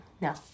No